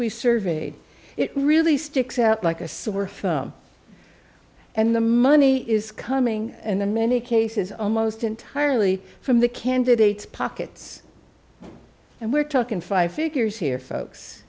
we've surveyed it really sticks out like a sore thumb and the money is coming and then many cases almost entirely from the candidates pockets and we're talking five figures here folks